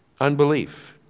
unbelief